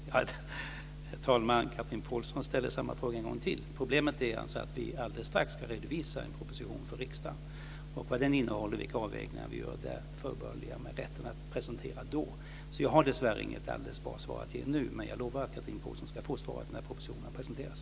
Herr talman! Chatrine Pålsson ställer samma fråga en gång till. Problemet är alltså att vi alldeles strax ska redovisa en proposition för riksdagen. Vad den innehåller och vilka avvägningar vi gör där förbehåller jag mig rätten att presentera då. Så jag har dessvärre inget alldeles bra svar att ge nu, men jag lovar att Chatrine Pålsson ska få svaret när propositionen presenteras.